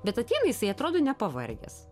bet ateina jisai atrodo nepavargęs